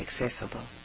accessible